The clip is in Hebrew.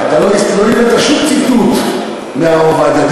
אתה לא הבאת שום ציטוט מהרב עובדיה.